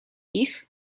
ich